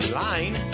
line